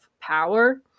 power